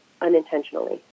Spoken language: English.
unintentionally